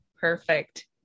Perfect